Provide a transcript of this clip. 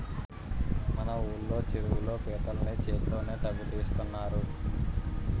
మన ఊళ్ళో చెరువుల్లో పీతల్ని చేత్తోనే తవ్వి తీస్తున్నారు